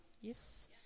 Yes